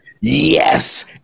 yes